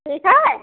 ठीक है